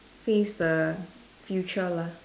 face the future lah